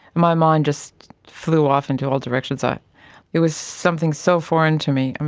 my mind just flew off into all directions. ah it was something so foreign to me.